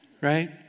right